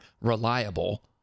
reliable